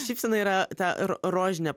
šypsena yra ta rožinė